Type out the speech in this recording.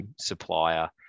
supplier